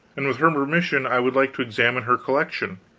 and with her permission i would like to examine her collection,